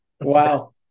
Wow